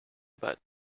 but